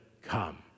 come